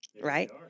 right